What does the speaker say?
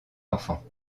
enfants